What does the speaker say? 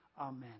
amen